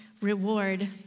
reward